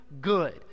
good